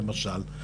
למשל.